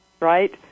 right